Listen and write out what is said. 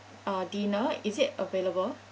uh dinner is it available